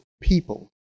people